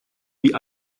wie